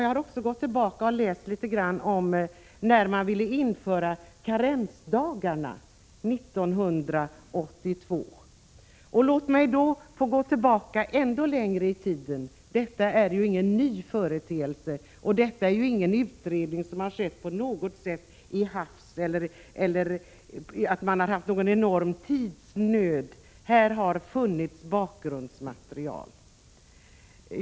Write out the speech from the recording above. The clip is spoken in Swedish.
Jag har gått tillbaka i tiden och läst om hur det var när det år 1982 förelåg ett förslag om att införa karensdagar i sjukförsäkringen. Det förslag som nu ligger på riksdagens bord har inte tagits fram av en utredning som arbetat på ett hafsigt sätt eller under tidsnöd. Här har funnits bakgrundsmaterial.